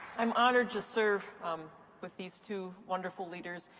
i'm honored to serve with these two wonderful leaders,